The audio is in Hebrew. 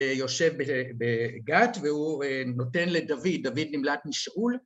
‫שיושב בגת והוא נותן לדוד, ‫דוד נמלט משאול.